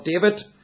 David